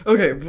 Okay